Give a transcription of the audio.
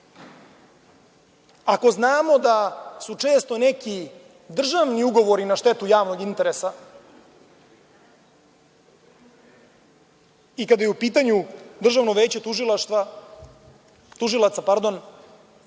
ako znamo da su često neki državni ugovori na štetu javnog interesa i kada je u pitanju Državno veće tužilaca,